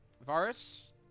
Varus